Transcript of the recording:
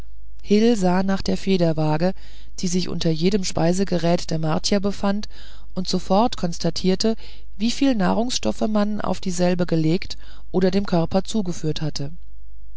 sah nach der federwaage die sich unter jedem speisegerät der martier befand und sofort konstatierte wieviel nahrungsstoffe man auf dieselbe gelegt oder dem körper zugeführt hatte